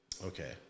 Okay